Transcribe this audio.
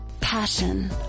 passion